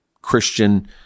Christian